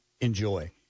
enjoy